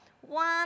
One